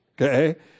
okay